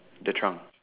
the trunk